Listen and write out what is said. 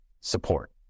support